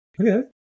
Okay